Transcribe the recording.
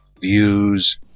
views